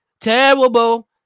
terrible